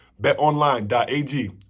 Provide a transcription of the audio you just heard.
BetOnline.ag